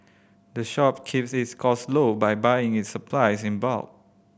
the shop keeps its cost low by buying its supplies in bulk